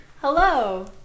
hello